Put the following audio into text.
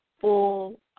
Full